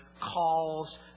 calls